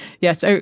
Yes